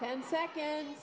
ten seconds